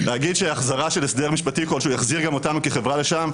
להגיד שההחזרה של הסדר משפטי כלשהו יחזיר גם אותנו כחברה לשם,